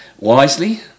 Wisely